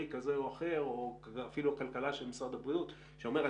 כזה או אחר או אפילו הכלכלן של משרד הבריאות שאומר,